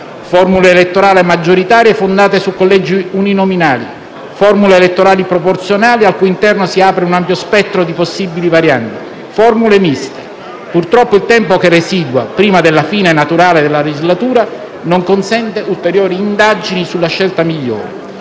formule elettorali maggioritarie fondate su collegi uninominali; formule elettorali proporzionali, al cui interno si apre un ampio spettro di possibili varianti; formule miste. Purtroppo, il tempo che residua prima della fine naturale della legislatura non consente ulteriori indagini sulla scelta migliore.